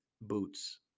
Boots